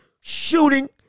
shooting